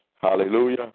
Hallelujah